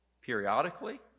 periodically